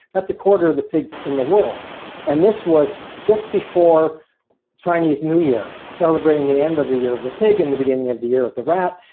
that's a quarter of the pigs in the world and this was just before chinese new year, celebrating the end of the year of the pig and the beginning of the year of the rat,